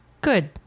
good